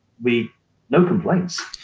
we've no complaints.